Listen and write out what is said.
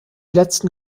letzten